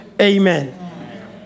Amen